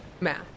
Math